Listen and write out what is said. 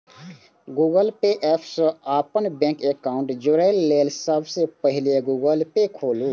Google Pay app सं अपन bank account जोड़य लेल सबसं पहिने गूगल पे खोलू